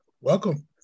welcome